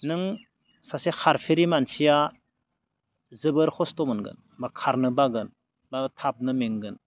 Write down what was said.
नों सासे खारफेरि मानसिया जोबोद खस्थ'मोनगोन बा खारनो बागोन बा थाबनो मेंगोन